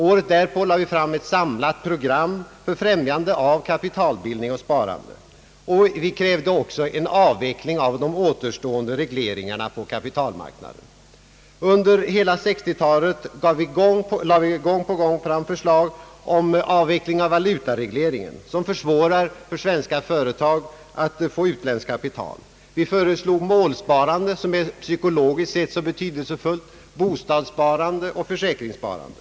Året därpå lade vi fram ett samlat program för främjande av kapitalbildning och sparande. Vi krävde också en avveckling av de återstående regleringarna på «kapitalmarknaden. Under hela 1960-talet lade vi gång på gång fram förslag om avveckling av valutaregleringen, som gör det svårare för svenska företag att få utländskt kapital. Vi föreslog målsparande, som psykologiskt sett är så betydelsefullt, bostadssparande och försäkringssparande.